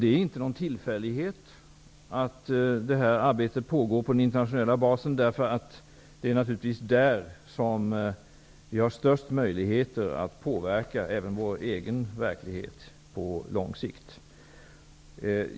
Det är ingen tillfällighet att detta arbete pågår på internationell bas, därför att det naturligtvis är där vi har de största möjligheterna att på lång sikt påverka även vår egen verklighet.